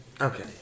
okay